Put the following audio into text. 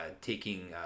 taking